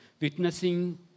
Witnessing